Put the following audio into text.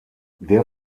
der